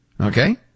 okay